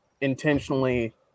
intentionally